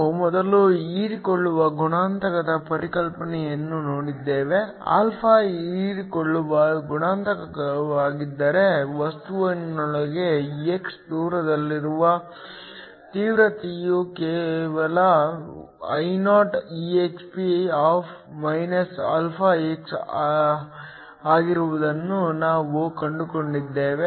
ನಾವು ಮೊದಲು ಹೀರಿಕೊಳ್ಳುವ ಗುಣಾಂಕದ ಪರಿಕಲ್ಪನೆಯನ್ನು ನೋಡಿದ್ದೇವೆ α ಹೀರಿಕೊಳ್ಳುವ ಗುಣಾಂಕವಾಗಿದ್ದರೆ ವಸ್ತುವಿನೊಳಗಿನ x ದೂರದಲ್ಲಿರುವ ತೀವ್ರತೆಯು ಕೇವಲ Io exp −αx ಆಗಿರುವುದನ್ನು ನಾವು ಕಂಡುಕೊಂಡಿದ್ದೇವೆ